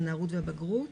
הנערות והבגרות.